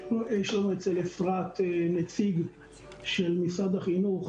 יש לנו אצל אפרת נציג של משרד החינוך,